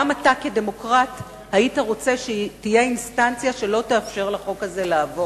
גם אתה כדמוקרט היית רוצה שתהיה אינסטנציה שלא תאפשר לחוק הזה לעבור.